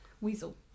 Weasel